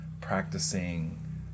practicing